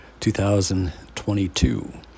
2022